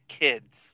kids